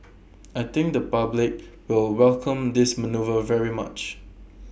I think the public will welcome this manoeuvre very much